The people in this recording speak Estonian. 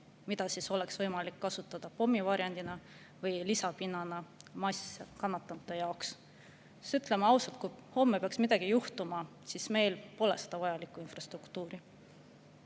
mida oleks võimalik kasutada pommivarjendina või lisapinnana masskannatanute jaoks. Ütleme ausalt, kui homme peaks midagi juhtuma, siis meil pole selleks vajalikku infrastruktuuri.